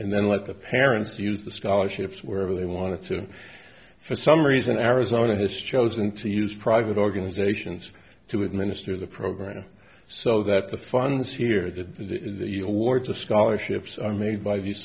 and then let the parents use the scholarships wherever they wanted to for some reason arizona has chosen to use private organizations to administer the program so that the funds here the awards of scholarships are made by the